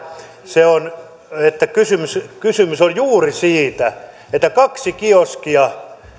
se on kysymys kysymys on juuri siitä että kaksi kioskia